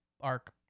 arc